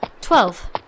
Twelve